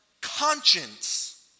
conscience